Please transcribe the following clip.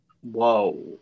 Whoa